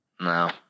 No